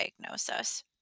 diagnosis